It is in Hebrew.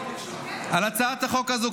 על הצעת החוק הזאת,